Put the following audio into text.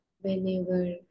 whenever